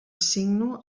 signo